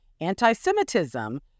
anti-Semitism